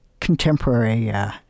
contemporary